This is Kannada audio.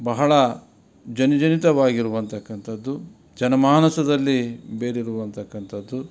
ಬಹಳ ಜನ ಜನಿತವಾಗಿರುವಂತಕ್ಕಂಥದ್ದು ಜನ ಮಾನಸದಲ್ಲಿ ಬೇರೂರುವಂತಕ್ಕಂಥದ್ದು